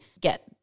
get